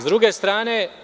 S druge strane…